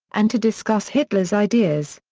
and to discuss hitler's ideas.